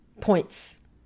points